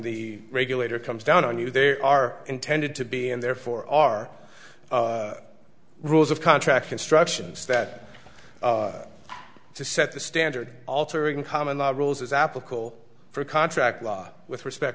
the regulator comes down on you they are intended to be and therefore our rules of contract instructions that to set the standard altering common law rules is applicable for contract law with respect